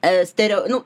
er stereo nu